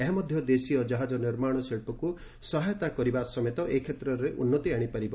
ଏହା ମଧ୍ୟ ଦେଶୀୟ ଜାହାଜ ନିର୍ମାଣ ଶିଳ୍ପକୁ ସହାୟତା କରିବା ସମେତ ଏ କ୍ଷେତ୍ରରେ ଉନ୍ନତି ଆଶିପାରିବ